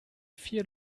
vier